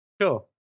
sure